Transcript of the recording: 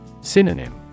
Synonym